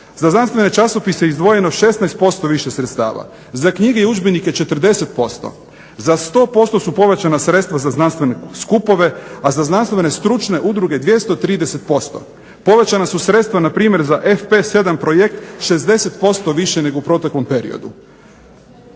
za znanstvene je časopise izdvojeno 16% više sredstava, za knjige i udžbenike 40%, za 100% su povećana sredstva za znanstvene skupove, a za znanstvene stručne udruge 230%. Povećana su sredstva npr. za FP7 projekt 60% više nego u proteklom periodu.